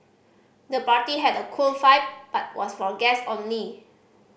the party had a cool vibe but was for guest only